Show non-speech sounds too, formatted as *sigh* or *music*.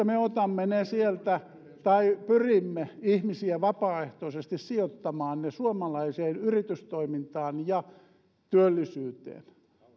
*unintelligible* me otamme ne sieltä tai pyrimme siihen että ihmiset vapaaehtoisesti sijoittaisivat ne suomalaiseen yritystoimintaan ja työllisyyteen